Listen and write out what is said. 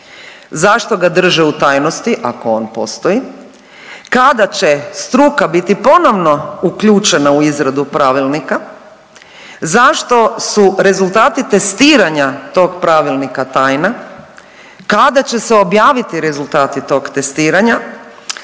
Zašto ga drže u tajnosti, ako on postoji? Kada će struka biti ponovno uključena izradu pravilnika? Zašto su rezultati testiranja tog pravilnika tajna? Kada će se objaviti rezultati tog testiranja,